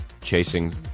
Chasing